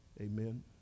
amen